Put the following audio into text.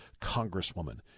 congresswoman